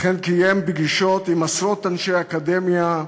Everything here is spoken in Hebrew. וכן קיים פגישות עם עשרות אנשי אקדמיה,